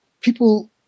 people